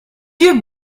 you